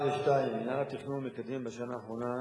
1 2. מינהל התכנון מקדם בשנה האחרונה